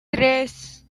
tres